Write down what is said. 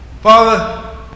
father